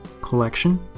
collection